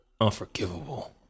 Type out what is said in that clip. unforgivable